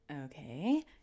Okay